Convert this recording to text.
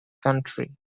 county